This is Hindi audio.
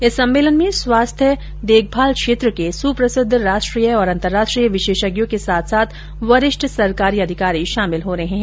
इस सम्मेलन में स्वास्थ्य देखभाल क्षेत्र के सुप्रसिद्व राष्ट्रीय और अंतर्राष्ट्रीय विशेषज्ञों के साथ साथ वरिष्ठ सरकारी अधिकारी शामिल हो रहे है